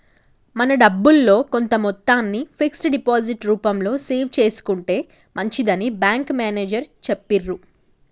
మన డబ్బుల్లో కొంత మొత్తాన్ని ఫిక్స్డ్ డిపాజిట్ రూపంలో సేవ్ చేసుకుంటే మంచిదని బ్యాంకు మేనేజరు చెప్పిర్రు